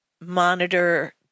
monitor